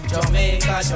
Jamaica